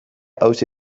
hauxe